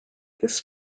this